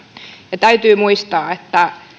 ja täytyy muistaa että